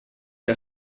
que